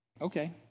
Okay